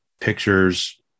pictures